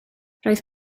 roedd